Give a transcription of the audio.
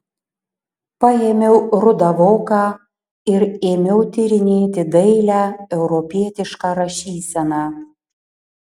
paėmiau rudą voką ir ėmiau tyrinėti dailią europietišką rašyseną